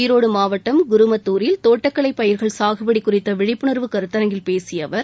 ஈரோடு மாவட்டம் குருமத்துரில் தோட்டக்கலை பயிர்கள் சாகுபடி குறித்த விழிப்புணர்வு கருத்தரங்கில் பேசிய அவர்